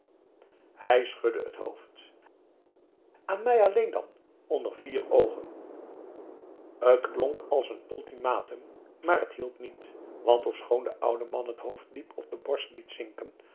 hij schudde het hoofd aan mij alleen dan onder vier oogen t klonk als een ultimatum maar het hielp niet want ofschoon de oude man het hoofd diep op de borst liet zinken